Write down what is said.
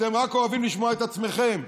אתם אוהבים לשמוע רק את עצמכם.